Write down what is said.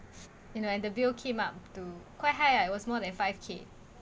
you know and the billed came out to quite high ah it was more than five K